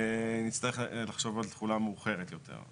נצטרך לחשוב על תחולה מאוחרת יותר,